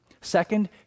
Second